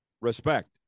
Respect